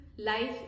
life